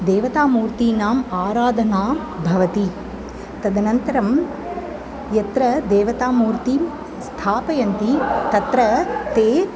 देवतामूर्तीनाम् आराधना भवति तदनन्तरं यत्र देवतामूर्तिं स्थापयन्ति तत्र ते